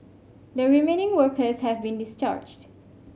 the remaining workers have been discharged